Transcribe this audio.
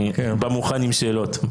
אני בא מוכן עם שאלות.